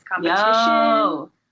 competition